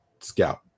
scout